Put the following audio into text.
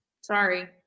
Sorry